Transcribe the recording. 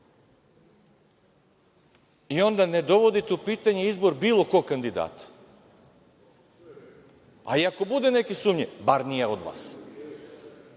I, onda ne dovodite u pitanje izbor bilo kog kandidata, a i ako bude neke sumnje bar nije od vas,